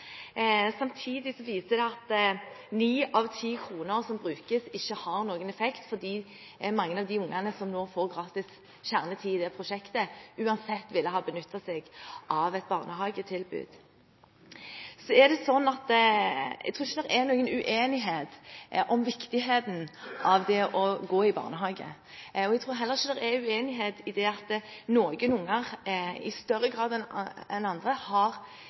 viser det seg at ni av ti kroner som brukes, ikke har noen effekt, fordi mange av de ungene som nå får gratis kjernetid i det prosjektet, uansett ville ha benyttet seg av et barnehagetilbud. Jeg tror ikke det er noen uenighet om viktigheten av å gå i barnehage. Jeg tror heller ikke det er noen uenighet om at noen unger i større grad enn andre har